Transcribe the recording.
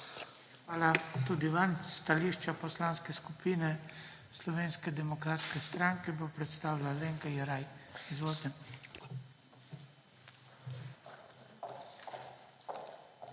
Hvala tudi vam. Stališča Poslanske skupine Slovenske demokratske stranke bo predstavila Alenka Jeraj. Izvolite. ALENKA